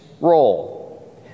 role